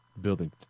building